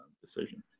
decisions